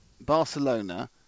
Barcelona